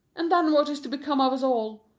and then what is to become of us all?